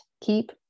keep